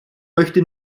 möchte